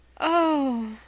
Oh